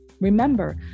Remember